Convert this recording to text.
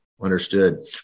Understood